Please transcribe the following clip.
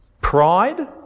Pride